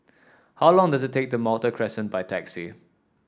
how long does it take to Malta Crescent by taxi